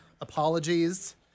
Apologies